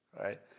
right